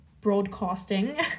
broadcasting